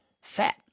Fat